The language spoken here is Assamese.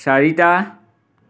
চাৰিটা